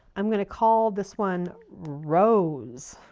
i'm going to call this one rows,